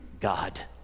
God